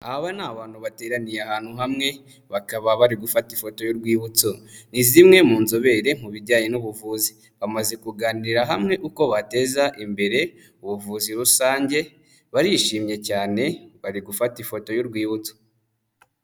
Aba ni abantu bateraniye ahantu hamwe, bakaba bari gufata ifoto y'urwibutso, ni zimwe mu nzobere mu bijyanye n'ubuvuzi, bamaze kuganirira hamwe uko bateza imbere ubuvuzi rusange, barishimye cyane, bari gufata ifoto y'urwibutso.